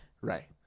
right